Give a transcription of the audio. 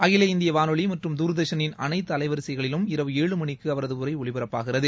அகில இந்திய வானொலி மற்றும் தூர்தர்ஷனின் அனைத்து அலைவரிசைகளிலும் இரவு ஏழு மணிக்கு அவரது உரை ஒலிபரப்பாகிறது